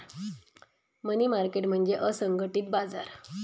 मनी market म्हणजे असंघटित बाजार